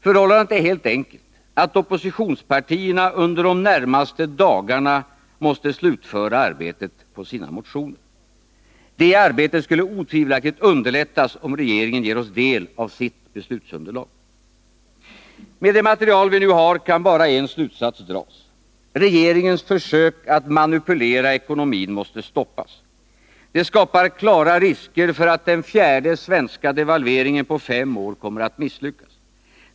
Förhållandet är helt enkelt att oppositionspartierna under de närmaste dagarna måste slutföra arbetet på sina motioner. Detta arbete skulle otvivelaktigt underlättas om regeringen gav oss del av sitt beslutsunderlag. Med det material vi nu har kan bara en slutsats dras. Regeringens försök att manipulera ekonomin måste stoppas. Det skapar klara risker för att den fjärde svenska devalveringen på fem år kommer att misslyckas.